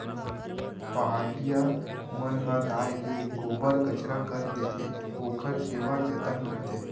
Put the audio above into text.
पहाटिया मन ह गाय के गोबर कचरा कर देथे, ओखर सेवा जतन करथे